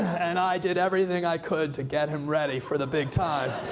and i did everything i could to get him ready for the big time.